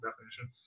definition